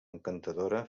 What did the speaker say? encantadora